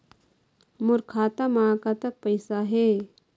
मोर खाता म कतक पैसा हे?